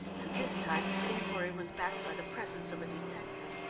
and this time his inquiry was backed by the presence of a detective.